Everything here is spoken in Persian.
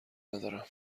ندارم